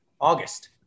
August